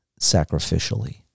sacrificially